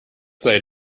sei